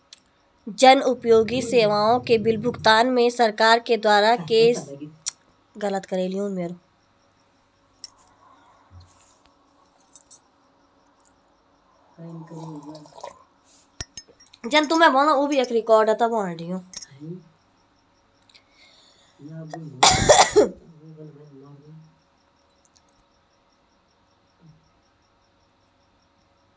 जन उपयोगी सेवाओं के बिल भुगतान में सरकार के द्वारा सी.एस.सी सेंट्रो को क्या क्या सुविधाएं प्रदान की जा रही हैं?